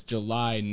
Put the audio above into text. July